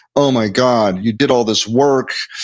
oh my god, you did all this work.